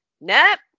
Nope